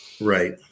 right